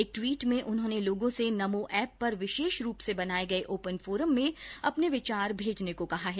एक टवीट में उन्होंने लोगों से नमो एप पर विशेष रूप से बनाये गए ओपन फोरम में अपने विचार भेजने को कहा है